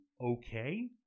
okay